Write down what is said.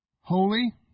Holy